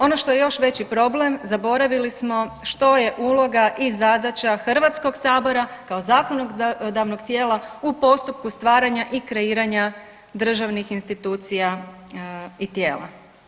Ono što je još veći problem, zaboravili smo što je uloga i zadaća HS-a kao zakonodavnog tijela u postupku stvaranja i kreiranja državnih institucija i tijela.